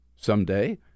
Someday